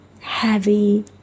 heavy